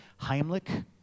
Heimlich